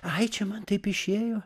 ai čia man taip išėjo